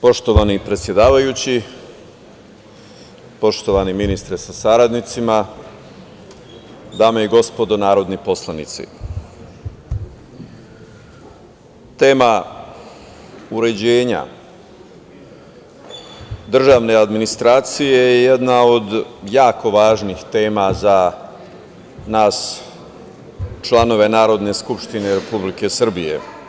Poštovani predsedavajući, poštovani ministre sa saradnicima, dame i gospodo narodni poslanici, tema uređenja državne administracije je jedna od jako važnih tema za nas članove Narodne skupštine Republike Srbije.